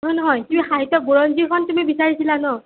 নহয় নহয় তুমি সাহিত্য বুৰঞ্জীখন তুমি বিচাৰিছিলা ন'